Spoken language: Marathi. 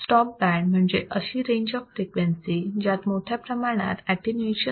स्टॉप बँड म्हणजे अशी रेंज ऑफ फ्रिक्वेन्सी जात मोठ्या प्रमाणात अटीन्यूएशन होते